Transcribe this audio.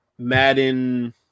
madden